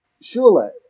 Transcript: Surely